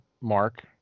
Mark